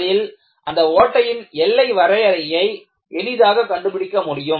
இதில் அந்த ஓட்டையின் எல்லை வரையறையை எளிதாக கண்டுபிடிக்க முடியும்